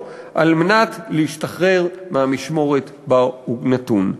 כדי להשתחרר מהמשמורת שבה הוא נתון."